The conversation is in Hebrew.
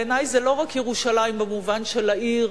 בעיני זה לא רק ירושלים במובן של העיר,